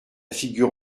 figure